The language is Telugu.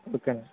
ఓకే అండి